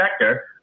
sector